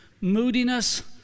moodiness